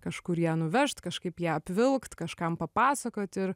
kažkur ją nuvežt kažkaip ją apvilkt kažkam papasakot ir